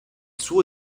suo